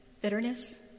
bitterness